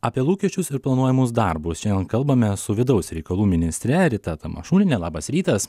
apie lūkesčius ir planuojamus darbus šiandien kalbame su vidaus reikalų ministre rita tamašuniene labas rytas